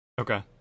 Okay